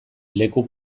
leku